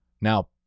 Now